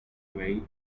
way